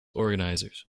organizers